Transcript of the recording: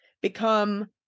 become